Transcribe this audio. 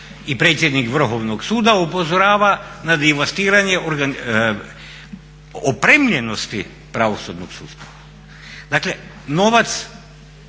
i predsjednik Vrhovnog suda upozorava na devastiranje opremljenosti pravosudnog sustava. Dakle novac.